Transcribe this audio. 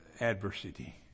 adversity